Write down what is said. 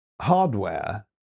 hardware